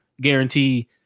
guarantee